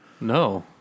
No